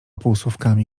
półsłówkami